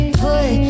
put